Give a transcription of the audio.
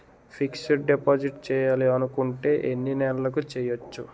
Fixed deposit చేయాలి అనుకుంటే ఎన్నే నెలలకు చేయొచ్చు?